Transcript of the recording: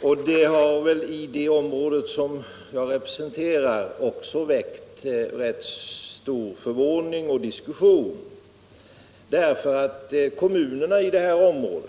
Detta har väckt rätt stor förvåning och diskussion även i det område